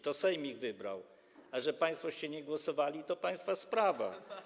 To Sejm ich wybrał, a że państwoście nie głosowali, to państwa sprawa.